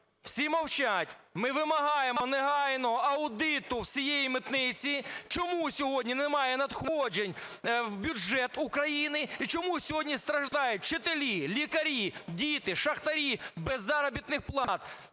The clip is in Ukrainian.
всі мовчать. Ми вимагаємо негайного аудиту всієї митниці. Чому сьогодні немає надходжень в бюджет України і чому сьогодні страждають вчителі, лікарі, діти, шахтарі без заробітних плат?